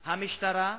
המשטרה,